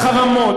על חרמות,